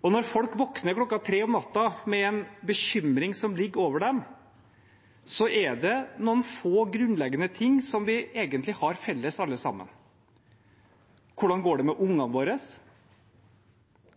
Når folk våkner kl. 3 om natten med en bekymring som ligger over dem, er det noen få grunnleggende ting som vi egentlig har felles, alle sammen: Hvordan går det med ungene våre?